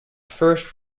first